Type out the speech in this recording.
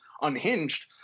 Unhinged